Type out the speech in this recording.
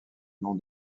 nom